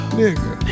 nigga